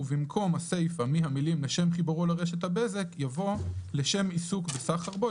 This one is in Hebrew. ובמקום הסיפה מהמילים "לשם חיבורו לרשת הבזק" יבוא "לשם עיסוק בסחר בו,